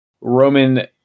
Roman